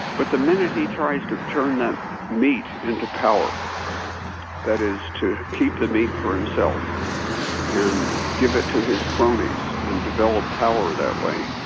but the minute he tries to turn that meat into power that is to keep the meat for himself and give it to his cronies and develop power that way